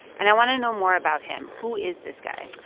and i want to know more about him. who is this guy?